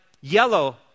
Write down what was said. yellow